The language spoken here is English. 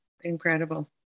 Incredible